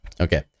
Okay